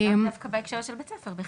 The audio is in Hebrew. לאו דווקא בהקשר של בית ספר.